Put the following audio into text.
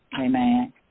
Amen